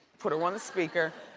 put her on the speaker.